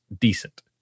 decent